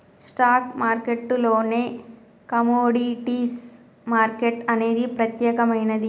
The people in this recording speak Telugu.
స్టాక్ మార్కెట్టులోనే కమోడిటీస్ మార్కెట్ అనేది ప్రత్యేకమైనది